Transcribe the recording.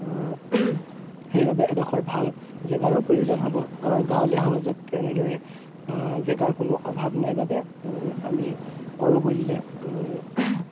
সেইবাবে এডোখৰ ভাল জেগাৰো প্ৰয়োজন হ'ব আমাৰ গাঁৱলীয়া সমাজত তেনেদৰে জেগাৰ কোনো অভাৱ নাই বাবে আমি কৰোঁ বুলিলে